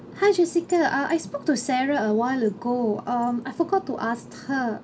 hi jessica uh I spoke to sarah a while ago um I forgot to ask her